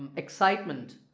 excitement,